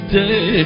day